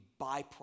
byproduct